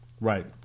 Right